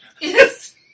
Yes